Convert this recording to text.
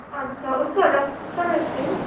اچھا اُس کے الگ سے پیسہ لیتے ہو